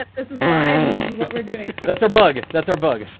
like this is live and this is what we're doing. that's our bug. that's our bug.